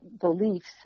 beliefs